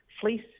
Fleece